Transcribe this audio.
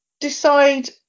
decide